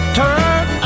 turn